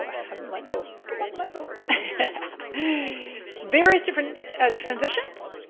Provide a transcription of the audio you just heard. ah haven't let go, come on, let go. various different transitions,